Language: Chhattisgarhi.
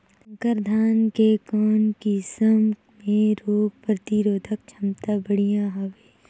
संकर धान के कौन किसम मे रोग प्रतिरोधक क्षमता बढ़िया हवे?